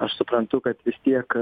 ir aš suprantu kad vis tiek